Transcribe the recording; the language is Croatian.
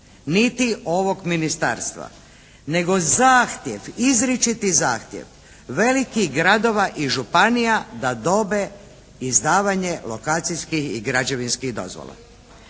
niti ovog ministarstva, nego zahtjev, izričiti zahtjev velikih gradova i županija da dobe izdavanje lokacijskih i građevinskih dozvola.